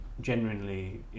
genuinely